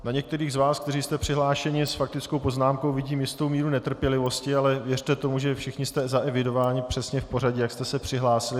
Na některých z vás, kteří jste přihlášeni s faktickou poznámkou, vidím jistou míru netrpělivosti, ale věřte tomu, že všichni jste zaevidováni přesně v pořadí, jak jste se přihlásili.